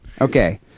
Okay